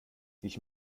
ich